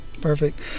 Perfect